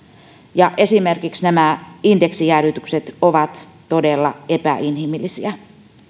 ja esimerkiksi nämä indeksijäädytykset ovat todella epäinhimillisiä